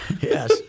Yes